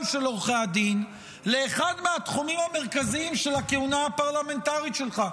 של עורכי הדין לאחד מהתחומים המרכזיים של הכהונה הפרלמנטרית שלך.